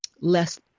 less